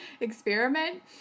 experiment